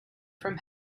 from